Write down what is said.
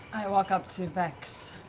i walk up to vex.